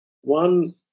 One